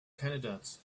candidates